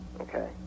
Okay